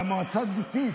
למועצה הדתית.